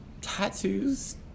Tattoos